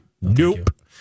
Nope